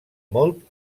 molt